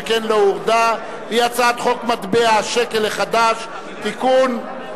היא הצעת חוק מטבע השקל החדש (תיקון,